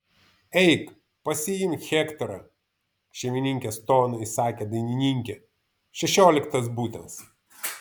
eik pasiimk hektorą šeimininkės tonu įsakė dainininkė šešioliktas butas